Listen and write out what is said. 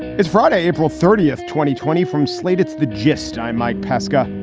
it's friday, april thirtieth, twenty twenty from slate's the gist. i'm mike pesca.